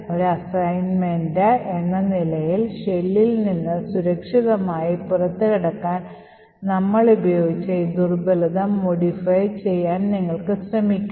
ഒരു അസൈൻമെന്റ് എന്ന നിലയിൽ ഷെല്ലിൽ നിന്ന് സുരക്ഷിതമായി പുറത്തുകടക്കാൻ നമ്മൾ ഉപയോഗിച്ച ഈ ദുർബലത modify ചെയ്യാൻ നിങ്ങൾക്ക് ശ്രമിക്കാം